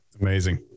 Amazing